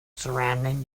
surrounding